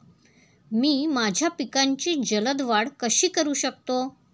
मी माझ्या पिकांची जलद वाढ कशी करू शकतो?